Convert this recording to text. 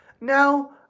Now